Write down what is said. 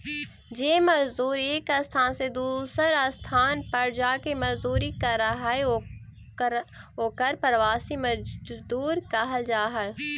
जे मजदूर एक स्थान से दूसर स्थान पर जाके मजदूरी करऽ हई ओकर प्रवासी मजदूर कहल जा हई